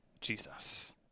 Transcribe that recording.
Jesus